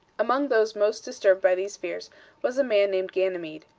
among those most disturbed by these fears was a man named ganymede.